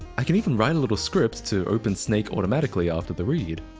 i can even write a little script to open snake automatically after the read.